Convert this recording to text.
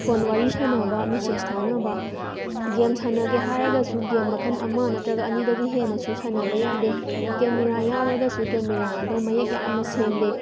phone ꯋꯥꯔꯤ ꯁꯥꯟꯅꯕ message ꯊꯥꯅꯕ ꯒꯦꯝ ꯁꯥꯟꯅꯒꯦ ꯍꯥꯏꯔꯒꯁꯨ ꯒꯦꯝ ꯃꯈꯟ ꯑꯃ ꯅꯠꯇ꯭ꯔꯒ ꯑꯅꯤꯗꯒꯤ ꯍꯦꯟꯅꯁꯨ ꯁꯥꯟꯅꯕ ꯌꯥꯗꯦ ꯀꯦꯃꯦꯔꯥ ꯌꯥꯎꯔꯒꯁꯨ ꯀꯦꯃꯦꯔꯥ ꯑꯗꯣ ꯃꯌꯦꯛ ꯌꯥꯝꯅ ꯁꯦꯡꯗꯦ